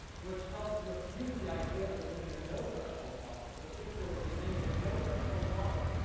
which helps refute the idea of a linear no-threshold model, because if there was a linear no-threshold model,